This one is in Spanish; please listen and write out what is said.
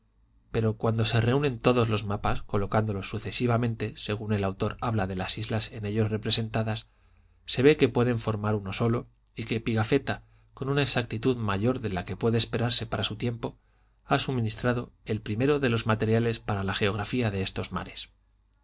pero cuando se reúnen todos los mapas colocándolos sucesivamente según el autor habla de las islas en ellos representadas se ve que pueden formar uno solo y que pigafetta con una exactitud mayor de la que puede esperarse para su tiempo ha suministrado el primero de los materiales para la geografía de estos mares